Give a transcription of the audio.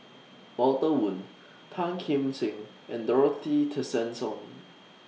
Walter Woon Tan Kim Seng and Dorothy Tessensohn